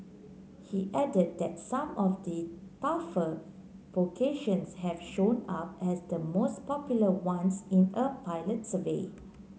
he added that some of the tougher vocations have shown up as the most popular ones in a pilot survey